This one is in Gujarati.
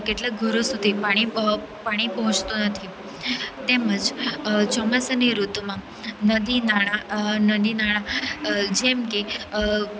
કેટલાંક ઘરો સુધી પાણી પાણી પહોંચતું નથી તેમજ ચોમાસાની ઋતુમાં નદી નાળા નદી નાળા જેમકે